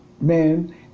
men